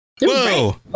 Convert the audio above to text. Whoa